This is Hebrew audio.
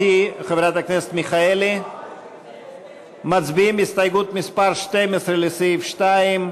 חברי הכנסת, הסתייגות מס' 11 לסעיף 2: